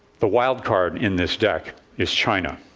the wild card in this deck is china.